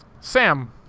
Sam